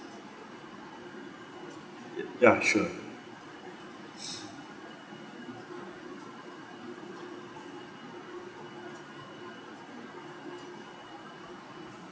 ya sure